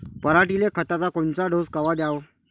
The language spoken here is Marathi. पऱ्हाटीले खताचा कोनचा डोस कवा द्याव?